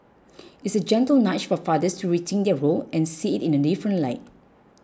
it's a gentle nudge for fathers to rethink their role and see it in a different light